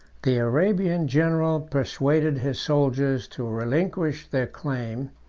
the arabian general persuaded his soldiers to relinquish their claim,